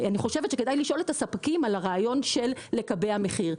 אני חושבת שכדאי לשאול את הספקים לגבי קיבוע מחיר.